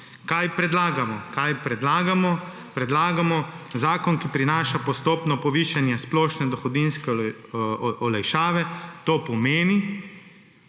je občutna. Kaj predlagamo? Predlagamo zakon, ki prinaša postopno povišanje splošne dohodninske olajšave, to pomeni: